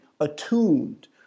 attuned